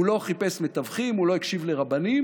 הוא לא חיפש מתווכים, הוא לא הקשיב לרבנים,